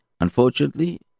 Unfortunately